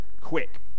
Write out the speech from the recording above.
quick